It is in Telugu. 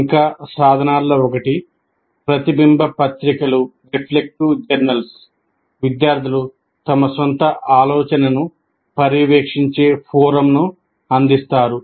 ఇంకా సాధనాల్లో ఒకటి ప్రతిబింబ పత్రికలు విద్యార్థులు తమ సొంత ఆలోచనను పర్యవేక్షించే ఫోరమ్ను అందిస్తారు